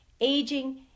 aging